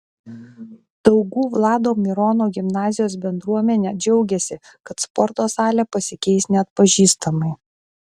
daugų vlado mirono gimnazijos bendruomenė džiaugiasi kad sporto salė pasikeis neatpažįstamai